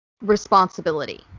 responsibility